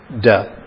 death